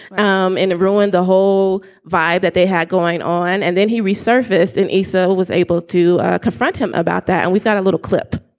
um and it ruined the whole vibe that they had going on. and then he resurfaced in aissa was able to confront him about that. and we've got a little clip